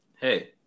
Hey